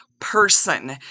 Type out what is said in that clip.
person